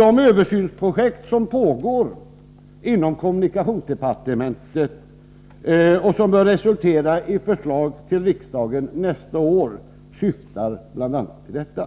De översynsprojekt som pågår inom kommunikationsdepartementet och som bör resultera i förslag till riksdagen nästa år syftar bl.a. till detta.